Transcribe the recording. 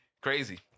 crazy